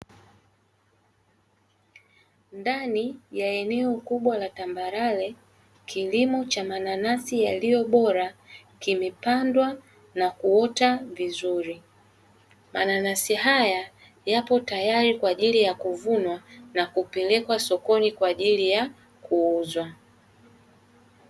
Ndani ya eneo kubwa la tambarare, kilimo cha mananasi yaliyo bora kimepandwa na kuota vizuri. Mananasi haya yapo tayari kwa ajili ya kuvunwa na kupelekwa sokoni kwa ajili ya kuuzwa.